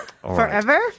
Forever